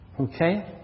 Okay